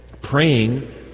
praying